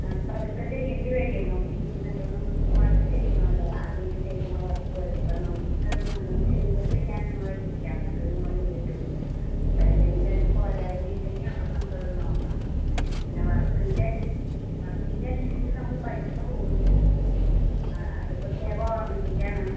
അത് പതുക്കെ ചെയ്യേണ്ടി വരുവേ നോക്കി നല്ലവണ്ണം വർക്ക് ചെയ്യണമല്ലോ ആദ്യമായിട്ട് ചെയ്യുന്ന വർക്കും അല്ലേ അപ്പം നോക്കിയിട്ടത് നല്ലവണ്ണം ചെയ്തിട്ട് ഞാൻ നിങ്ങളെ വിളിക്കാം എന്നിട്ട് നിങ്ങൾ നേരിട്ട് വരൂ എന്തെങ്കിലും അതിന് പോരായ്മ ഉണ്ടെങ്കിൽ അപ്പം നമുക്കത് നോക്കാം പിന്നെ വർക്കിൻ്റെ വർക്കിൻ്റെ അനുസരിച്ച് നമുക്ക് പൈസ കൂടും ആ അത് പ്രത്യേകം ഓർമ്മിപ്പിക്കുകയാണ്